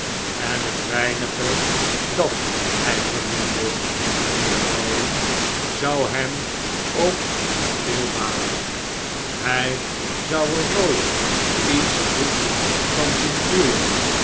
en het weinige dat hy verdiende mynheer lorry zou hem ook niet veel baten hy zou er nooit iets goeds van het spel begint zien groeien